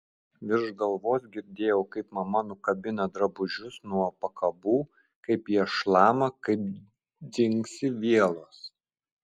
virš galvos girdėjau kaip mama nukabina drabužius nuo pakabų kaip jie šlama kaip dzingsi vielos